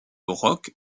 rock